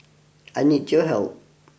I need your help